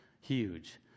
huge